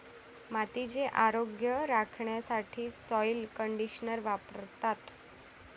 मातीचे आरोग्य राखण्यासाठी सॉइल कंडिशनर वापरतात